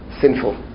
sinful